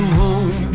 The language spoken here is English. home